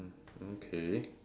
okay